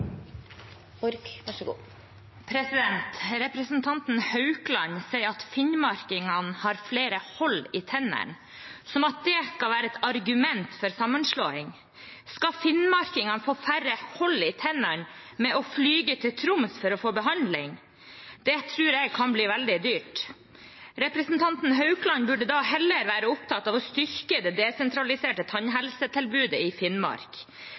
Representanten Haukland sier at finnmarkingene har flere hull i tennene – som om det skal være et argument for sammenslåing. Skal finnmarkingene få færre hull i tennene ved å fly til Troms for å få behandling? Det tror jeg kan bli veldig dyrt. Representanten Haukland burde heller være opptatt av å styrke det desentraliserte tannhelsetilbudet i Finnmark.